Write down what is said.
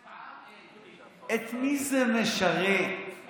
הצעת חוק הסדרת העיסוק במקצועות הבריאות עוברת לוועדת